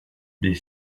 des